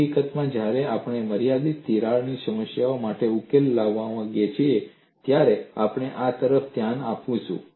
હકીકતમાં જ્યારે આપણે મર્યાદિત બોડી તિરાડ સમસ્યા માટે ઉકેલ લંબાવવા માંગીએ ત્યારે આપણે આ તરફ ધ્યાન આપીશું